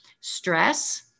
stress